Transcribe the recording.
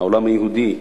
העולם היהודי,